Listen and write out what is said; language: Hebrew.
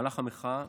במהלך המחאה,